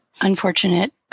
unfortunate